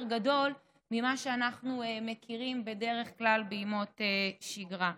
גדול ממה שאנחנו מכירים בדרך כלל בימות שגרה.